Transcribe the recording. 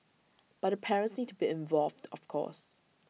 but the parents need to be involved of course